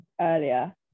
earlier